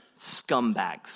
scumbags